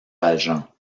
valjean